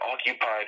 occupied